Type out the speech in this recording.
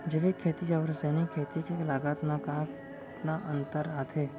जैविक खेती अऊ रसायनिक खेती के लागत मा कतना अंतर आथे?